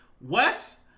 Wes